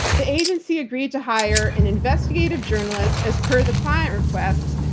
the agency agreed to hire an investigative journalist as per the client request,